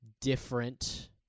different